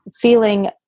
feeling